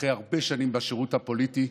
אחרי הרבה שנים בשירות הפוליטי,